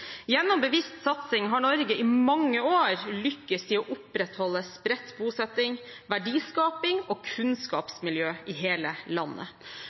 Gjennom bevisst satsing har Norge i mange år lyktes i å opprettholde spredt bosetting, verdiskaping og kunnskapsmiljøer i hele landet.